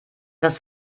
das